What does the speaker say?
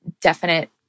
definite